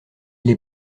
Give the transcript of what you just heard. les